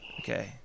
Okay